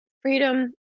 freedom